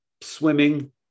swimming